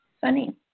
Funny